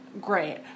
great